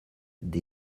des